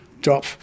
drop